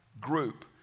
group